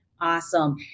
Awesome